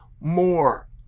More